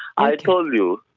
i told you.